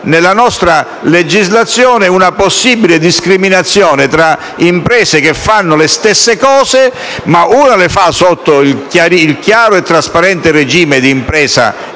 nella nostra legislazione una possibile discriminazione tra due imprese che fanno le stesse cose, ma una sotto il chiaro e trasparente regime di impresa